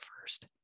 first